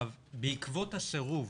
בעקבות הסירוב